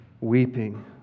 weeping